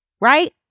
Right